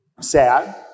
sad